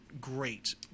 great